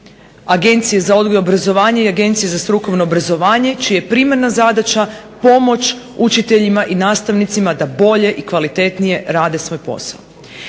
Agencije za odgoj i obrazovanje i Agenciju za strukovno obrazovanje čija je primarna zadaća pomoć učiteljima i nastavnicima da bolje i kvalitetnije rade svoj posao.